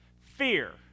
Fear